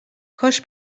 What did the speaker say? کاش